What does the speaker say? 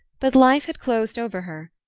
but life had closed over her.